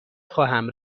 خواهم